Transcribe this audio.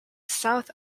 south